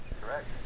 Correct